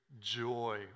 joy